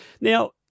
Now